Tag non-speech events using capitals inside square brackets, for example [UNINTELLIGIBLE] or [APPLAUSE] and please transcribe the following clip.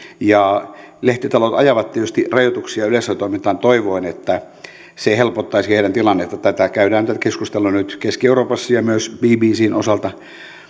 lehtitalot ajavat tietysti rajoituksia yleisradiotoimintaan toivoen että [UNINTELLIGIBLE] [UNINTELLIGIBLE] se helpottaisi heidän tilannettaan tätä keskustelua käydään nyt keski euroopassa ja myös bbcn osalta